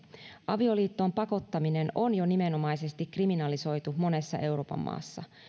avioliittoon pakottaminen on jo nimenomaisesti kriminalisoitu monessa euroopan maassa